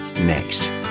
next